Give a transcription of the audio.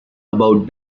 about